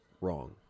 wrong